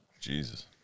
Jesus